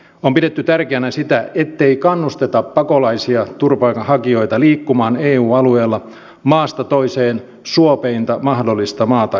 on pidetty tärkeänä sitä ettei kannusteta pakolaisia turvapaikanhakijoita liikkumaan eu alueella maasta toiseen suopeinta mahdollista maata etsien